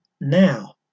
now